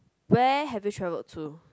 where have you travelled to